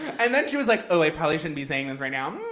and then she was like, oh, i probably shouldn't be saying this right now.